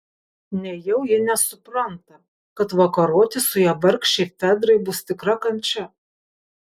nejau ji nesupranta kad vakaroti su ja vargšei fedrai bus tikra kančia